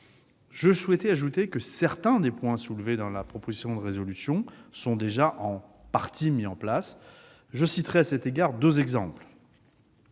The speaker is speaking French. en la matière. J'ajoute que certains des points soulevés dans la proposition de résolution sont déjà en partie mis en place. Je citerai à cet égard deux exemples.